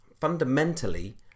fundamentally